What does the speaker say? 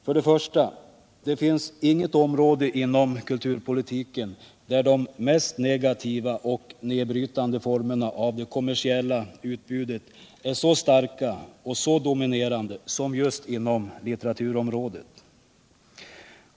För det första: Det finns inget område inom kulturpolitiken där de mest negativa och nedbrytande formerna av det kommersiella utbudet är så starka och så dominerande som just inom litteraturområdet.